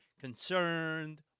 concerned